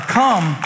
come